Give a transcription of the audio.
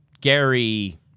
Gary